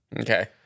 Okay